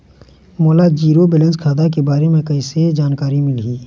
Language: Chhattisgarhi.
मोला जीरो बैलेंस खाता के बारे म कैसे जानकारी मिलही?